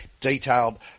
detailed